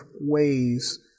ways